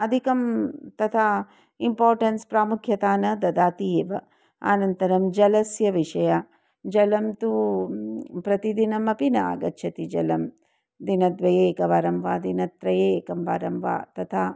अधिकं तथा इम्पोर्टेन्स् प्रामुख्यता न ददाति एव अनन्तरं जलस्य विषये जलं तु प्रतिदिनमपि न आगच्छति जलं दिनद्वयात् एकवारं वा दिनत्रयात् एकं वारं वा तथा